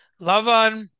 Lavan